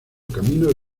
caminos